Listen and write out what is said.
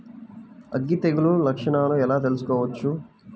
అగ్గి తెగులు లక్షణాలను ఎలా తెలుసుకోవచ్చు?